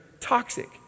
toxic